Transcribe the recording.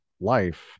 life